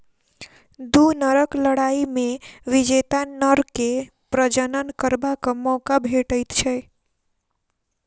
दू नरक लड़ाइ मे विजेता नर के प्रजनन करबाक मौका भेटैत छै